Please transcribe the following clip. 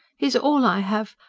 he is all i have.